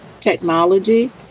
technology